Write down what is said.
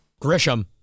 Grisham